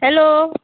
hello